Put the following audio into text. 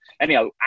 anyhow